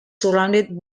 surrounded